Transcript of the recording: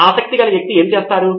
మీ ఆసక్తిగల వ్యక్తి ఏమి చేస్తారు